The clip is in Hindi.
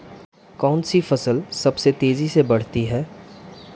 कौनसी फसल सबसे तेज़ी से बढ़ती है?